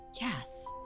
Yes